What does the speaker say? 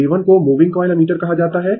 A 1 को moving coil ammeter कहा जाता है